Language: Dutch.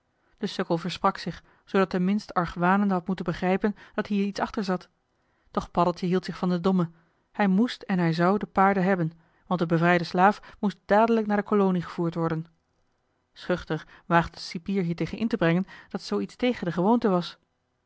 de sukkel versprak zich zoodat de minst argwanende had moeten begrijpen dat hier iets achter zat doch paddeltje hield zich van den domme hij moest en hij zou de paarden hebhen want de bevrijde slaaf moest dadelijk naar de kolonie gevoerd worden schuchter waagde de cipier hier tegen in te brengen dat zoo iets tegen de gewoonte was